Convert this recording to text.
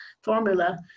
formula